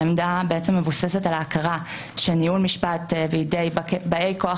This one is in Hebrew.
העמדה מבוססת על ההכרה שניהול משפט בידי באי כוח